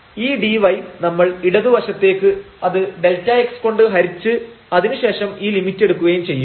ഈ dy നമ്മൾ ഇടത് വശത്തേക്കെടുത്ത് അത് Δx കൊണ്ട് ഹരിച്ച് അതിനു ശേഷം ഈ ലിമിറ്റ് എടുക്കുകയും ചെയ്യുക